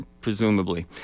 presumably